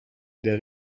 der